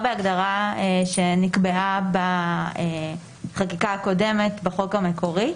הופיעה בחוק המקורי